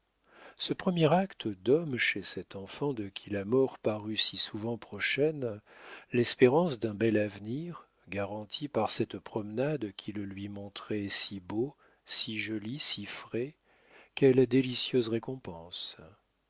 ce premier acte d'homme chez cet enfant de qui la mort parut si souvent prochaine l'espérance d'un bel avenir garanti par cette promenade qui le lui montrait si beau si joli si frais quelle délicieuse récompense